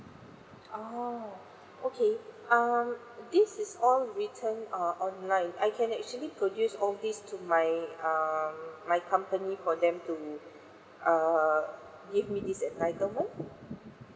oh okay um this is all written err online I can actually produce all this to my um my company for them to err give me this entitlement